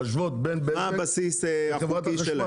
מה הבסיס החוקי שלהם?